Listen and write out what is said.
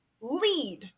lead